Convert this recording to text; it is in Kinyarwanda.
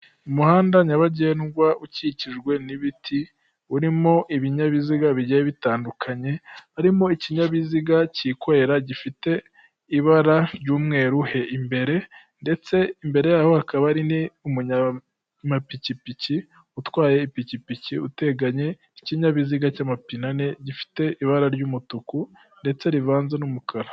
Umuhanda nyabagendwa ukikijwe n'ibiti urimo ibinyabiziga bigiye bitandukanye, harimo ikinyabiziga cyikorera gifite ibara ry'umweru imbere, ndetse imbere y’aho hakaba hari umunyamapikipiki utwaye ipikipiki uteganye n’ikinyabiziga cy'amapine ane, gifite ibara ry'umutuku ndetse rivanze n'umukara.